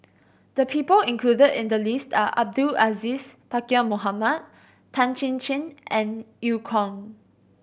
the people included in the list are Abdul Aziz Pakkeer Mohamed Tan Chin Chin and Eu Kong